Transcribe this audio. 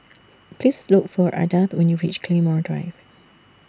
Please Look For Ardath when YOU REACH Claymore Drive